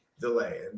delay